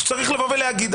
שצריך לבוא ולהגיד,